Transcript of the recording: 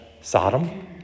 Sodom